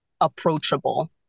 approachable